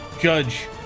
judge